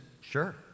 sure